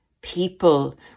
people